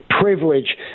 privilege